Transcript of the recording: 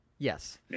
Yes